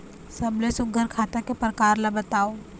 सबले सुघ्घर खाता के प्रकार ला बताव?